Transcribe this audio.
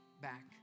back